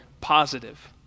positive